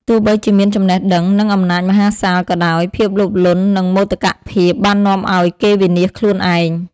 ទោះបីជាមានចំណេះដឹង និងអំណាចមហាសាលក៏ដោយ ភាពលោភលន់ និងមោទកភាពបាននាំឱ្យគេវិនាសខ្លួនឯង ។